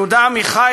יהודה עמיחי,